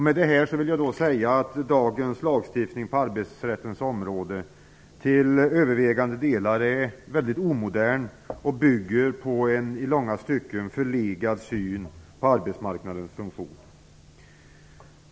Med detta vill jag säga att dagens lagstiftning på arbetsrättens område till övervägande delar är mycket omodern och bygger på en i långa stycken förlegad syn på arbetsmarknadens funktion.